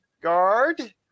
guard